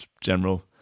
general